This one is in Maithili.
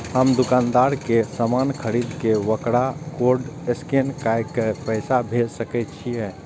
हम दुकानदार के समान खरीद के वकरा कोड स्कैन काय के पैसा भेज सके छिए?